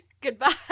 goodbye